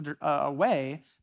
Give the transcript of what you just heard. away